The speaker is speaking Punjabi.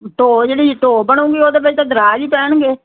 ਢੋ ਜਿਹੜੀ ਢੋ ਬਣੂਗੀ ਉਹਦੇ ਵਿੱਚ ਤਾਂ ਦਰਾਜ ਹੀ ਪੈਣਗੇ